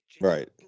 right